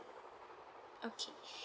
okay